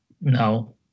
No